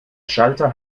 schalter